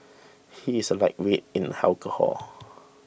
he is a lightweight in alcohol